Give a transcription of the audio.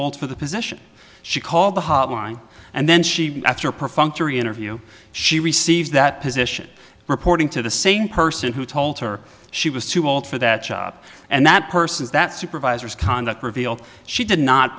old for the position she called the hotline and then she after a perfunctory interview she received that position reporting to the same person who told her she was too old for that job and that person's that supervisors conduct revealed she did not